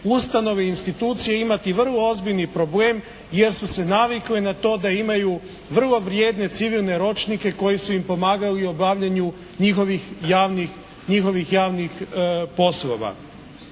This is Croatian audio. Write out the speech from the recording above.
ustanove, institucije imati vrlo ozbiljni problem jer su se navikle na to da imaju vrlo vrijedne civilne ročnike koji su im pomagali u obavljanju njihovih javnih poslova.